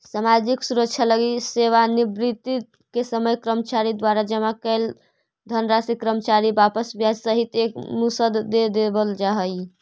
सामाजिक सुरक्षा लगी सेवानिवृत्ति के समय कर्मचारी द्वारा जमा कैल धनराशि कर्मचारी के वापस ब्याज सहित एक मुश्त दे देवल जाहई